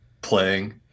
playing